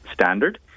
Standard